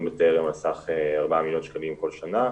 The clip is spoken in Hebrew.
"בטרם" על סך 4 מיליון שקלים כל שנה,